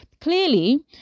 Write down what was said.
clearly